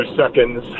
seconds